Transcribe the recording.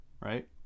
Right